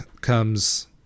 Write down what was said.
comes